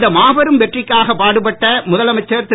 இந்த மாபெறும் வெற்றிக்காக பாடுபட்ட முதலமைச்சர் திரு